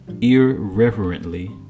irreverently